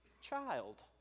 child